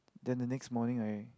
then the next morning I